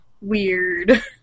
Weird